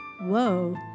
whoa